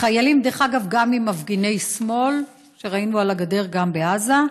דרך אגב, גם ממפגיני שמאל שראינו על הגדר גם בעזה.